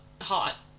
hot